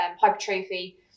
hypertrophy